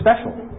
special